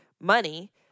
money